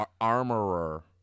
armorer